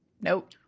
nope